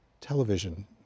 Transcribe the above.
television